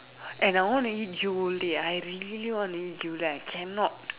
and I want to eat Yole I really want to eat Yole I cannot